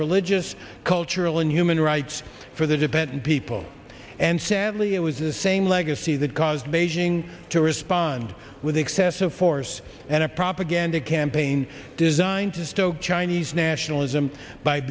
religious cultural and human rights for the dependent people and sadly it was the same legacy that caused beijing to respond with excessive force and a propaganda campaign designed to stoke chinese nationalism by